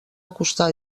acostar